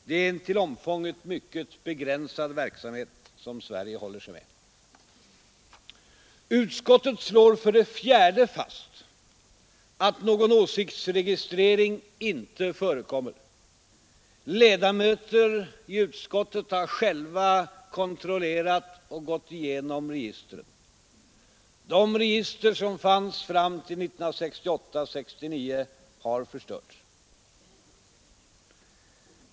Det är en till omfånget mycket begränsad verksamhet som Sverige håller sig med. Utskottet slår, för det fjärde, fast att någon åsiktsregistrering inte förekommer. Ledamöter i utskottet har själva kontrollerat och gått igenom registren. De register som fanns fram till 1968—1969 har förstörts.